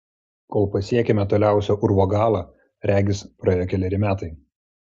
kol pasiekėme toliausią urvo galą regis praėjo keleri metai